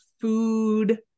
food